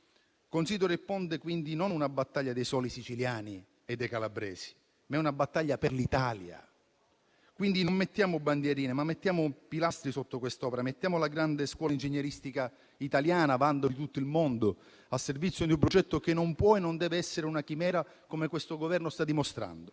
Considero il Ponte, quindi, non una battaglia dei soli siciliani e dei calabresi, ma per l'Italia. Non mettiamo dunque bandierine, ma pilastri sotto quest'opera; mettiamo la grande scuola ingegneristica italiana, vanto di tutto il mondo, a servizio di un progetto che non può e non deve essere una chimera come questo Governo sta dimostrando,